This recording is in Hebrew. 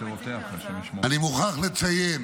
אני מוכרח לציין